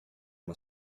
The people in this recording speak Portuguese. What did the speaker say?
uma